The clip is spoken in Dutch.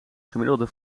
gemiddelde